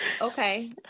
Okay